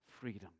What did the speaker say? freedom